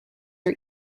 are